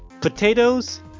Potatoes